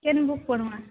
କେଉଁ ବୁକ୍ ପଢ଼ିବା